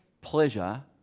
pleasure